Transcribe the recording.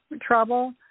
trouble